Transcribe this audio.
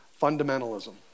fundamentalism